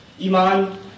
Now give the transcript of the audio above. Iman